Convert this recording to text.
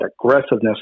aggressiveness